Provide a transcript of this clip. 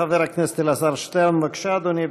חבר הכנסת אלעזר שטרן, בבקשה, אדוני.